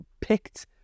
picked